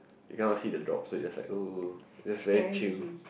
you cannot see the drop so you just like oh it's very chill